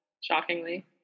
shockingly